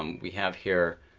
we have here